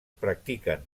practiquen